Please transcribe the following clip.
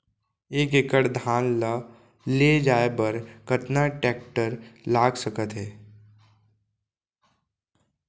एक एकड़ धान ल ले जाये बर कतना टेकटर लाग सकत हे?